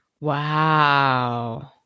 Wow